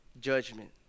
judgment